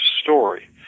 story